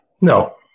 No